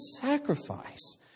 sacrifice